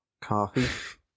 coffee